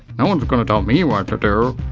no one's gonna tell me what to do!